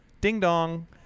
ding-dong